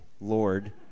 Lord